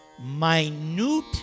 minute